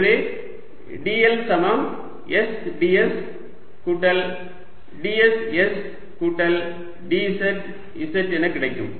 எனவே dl சமம் s ds கூட்டல் ds s கூட்டல் dz z என கிடைக்கும்